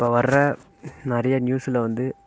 இப்போ வர்ற நிறையா நியூஸுல் வந்து